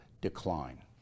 decline